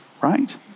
Right